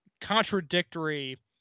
contradictory